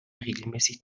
regelmäßig